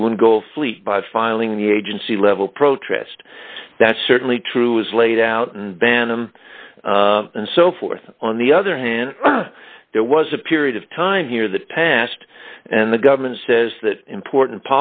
blue and gold fleet by filing the agency level protest that's certainly true as laid out and ban him and so forth on the other hand there was a period of time here that passed and the government says that important